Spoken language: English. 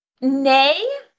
Nay